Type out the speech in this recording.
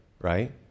right